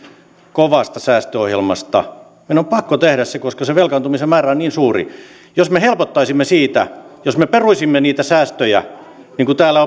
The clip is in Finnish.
kovasta säästöohjelmasta meidän on pakko tehdä se koska se velkaantumisen määrä on niin suuri jos me helpottaisimme siitä jos me peruisimme niitä säästöjä niin kuin täällä